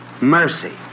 mercy